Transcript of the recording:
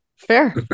fair